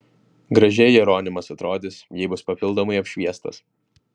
gražiai jeronimas atrodys jei bus papildomai apšviestas